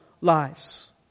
lives